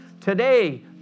Today